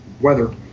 weather